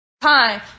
time